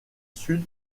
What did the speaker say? sud